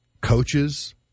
coaches